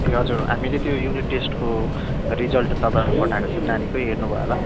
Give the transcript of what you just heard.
ए हजुर हामीले त्यो युनिट टेस्टको रिजल्ट तपाईँलाई पठाएको थियौँ नानीको हेर्नुभयो होला